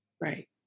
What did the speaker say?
right